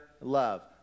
love